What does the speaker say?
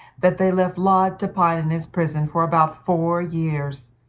that they left laud to pine in his prison for about four years.